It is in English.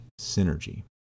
synergy